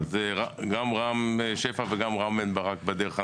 גם רם שפע וגם רם בן ברק בדרך הנכונה,